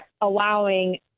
allowing